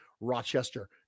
Rochester